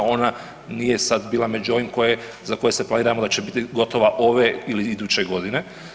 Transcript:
Ona nije sad bila među ovim za koje se planiramo da će biti gotova ove ili iduće godine.